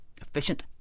efficient